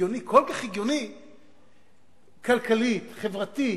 כל כך הגיוני כלכלית, חברתית,